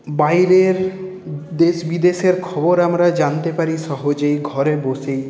বাইরের দেশ বিদেশের খবর আমরা জানতে পারি সহজেই ঘরে বসেই